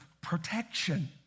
protection